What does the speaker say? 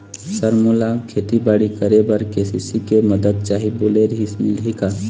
Sir मोला खेतीबाड़ी करेबर के.सी.सी के मंदत चाही बोले रीहिस मिलही का?